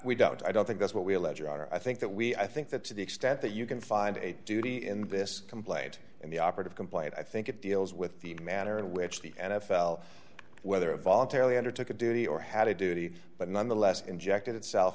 we doubt i don't think that's what we allege or i think that we i think that to the extent that you can find a duty in this complaint in the operative complaint i think it deals with the manner in which the n f l whether voluntarily undertook a duty or had a duty but nonetheless injected itself